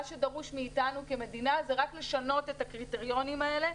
מה שדרוש מאיתנו כמדינה זה רק לשנות את הקריטריונים האלה.